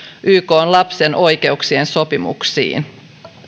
ykn lapsen oikeuksien sopimuksiin